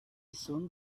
soon